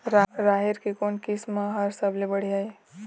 राहेर के कोन किस्म हर सबले बढ़िया ये?